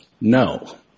No